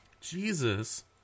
Jesus